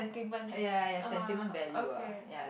(uh huh) okay